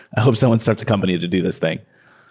i hope someone starts a company to do this thing.